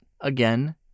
Again